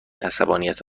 عصبانیت